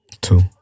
two